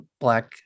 Black